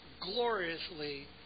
gloriously